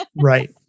Right